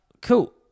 Cool